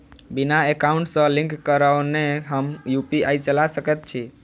बिना एकाउंट सँ लिंक करौने हम यु.पी.आई चला सकैत छी?